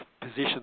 position